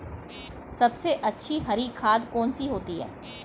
सबसे अच्छी हरी खाद कौन सी होती है?